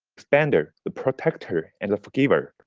expander, the protector and the forgiver.